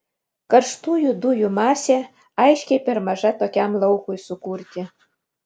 karštųjų dujų masė aiškiai per maža tokiam laukui sukurti